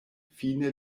fine